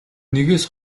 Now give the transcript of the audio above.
нэгээс